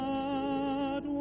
God